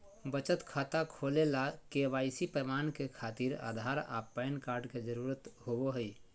बचत खाता खोले ला के.वाइ.सी प्रमाण के खातिर आधार आ पैन कार्ड के जरुरत होबो हइ